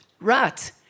Right